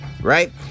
right